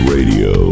Radio